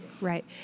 right